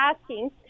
asking